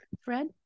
Fred